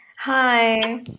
Hi